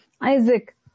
Isaac